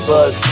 Buzz